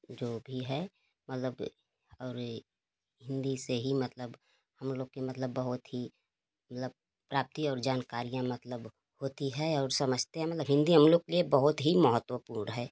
जो भी है मतलब अरे हिंदी से ही मतलब हम लोग की मतलब बहुत ही मतलब प्राप्तीय और जानकारियाँ मतलब होती है और समझते हैं मतलब हिंदी हम लोगों के लिए बहुत ही महत्वपूर्ण है